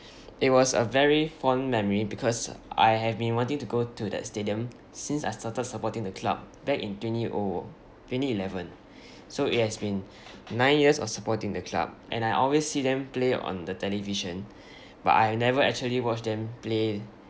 it was a very fond memory because I have been wanting to go to that stadium since I started supporting the club back in twenty oh twenty eleven so it has been nine years of supporting the club and I always see them play on the television but I've never actually watched them play